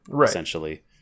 essentially